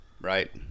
Right